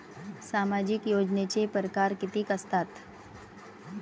सामाजिक योजनेचे परकार कितीक असतात?